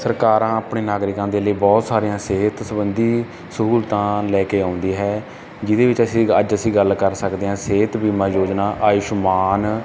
ਸਰਕਾਰਾਂ ਆਪਣੇ ਨਾਗਰਿਕਾਂ ਦੇ ਲਈ ਬਹੁਤ ਸਾਰੀਆਂ ਸਿਹਤ ਸਬੰਧੀ ਸਹੂਲਤਾਂ ਲੈ ਕੇ ਆਉਂਦੀ ਹੈ ਜਿਹਦੇ ਵਿੱਚ ਅਸੀਂ ਅੱਜ ਅਸੀਂ ਗੱਲ ਕਰ ਸਕਦੇ ਹਾਂ ਸਿਹਤ ਬੀਮਾ ਯੋਜਨਾ ਆਯੂਸ਼ਮਾਨ